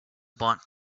bought